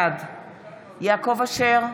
בעד יעקב אשר,